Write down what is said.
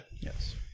yes